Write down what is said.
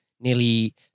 nearly